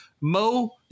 mo